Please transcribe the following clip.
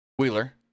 Wheeler